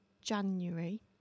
January